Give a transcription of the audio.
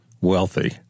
wealthy